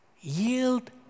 yield